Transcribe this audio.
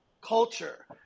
culture